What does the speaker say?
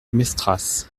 mestras